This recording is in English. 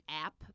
app